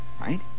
right